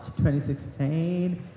2016